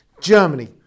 Germany